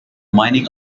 mining